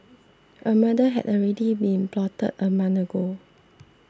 a murder had already been plotted a month ago